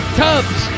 tubs